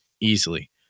easily